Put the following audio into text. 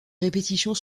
répétitions